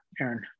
Aaron